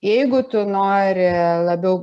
jeigu tu nori labiau